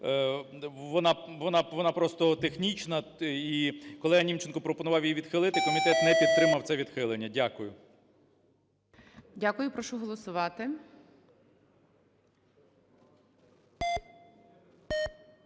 вона просто технічна. Колега Німченко пропонував її відхилити. Комітет не підтримав це відхилення. Дякую. ГОЛОВУЮЧИЙ. Дякую. Прошу голосувати.